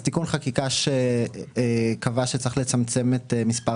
תיקון חקיקה שקבע שצריך לצמצם את מספר